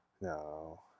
No